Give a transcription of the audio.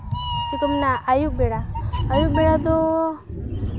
ᱪᱮᱫ ᱠᱚ ᱢᱮᱱᱟ ᱟᱹᱭᱩᱵ ᱵᱮᱲᱟ ᱟᱹᱭᱩᱵ ᱵᱮᱲᱟ ᱫᱚ